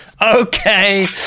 Okay